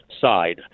side